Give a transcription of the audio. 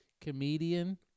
comedian